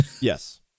Yes